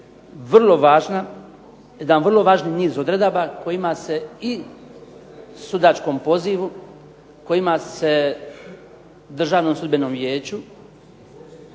vrlo važna, jedan vrlo važni niz odredaba kojima se i sudačkom pozivu, kojima se Državnom sudbenom vijeću